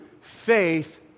faith